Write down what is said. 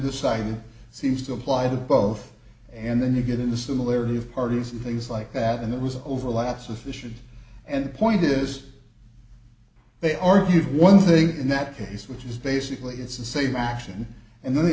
decided seems to apply the both and then you get in the similarity of parties and things like that and there was overlap sufficient and point is they are viewed one thing in that case which is basically it's the same action and the